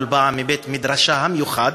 כל פעם מבית-מדרשה המיוחד,